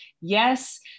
Yes